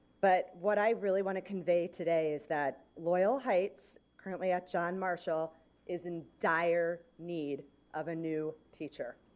but what i really want to convey today is that loyal heights currently at john marshall is in dire need of a new teacher.